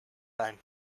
time